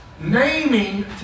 naming